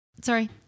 Sorry